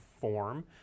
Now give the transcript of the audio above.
form